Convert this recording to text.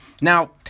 Now